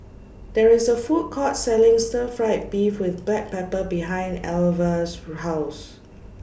There IS A Food Court Selling Stir Fried Beef with Black Pepper behind Alvah's House